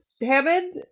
Hammond